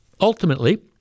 Ultimately